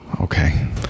Okay